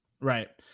Right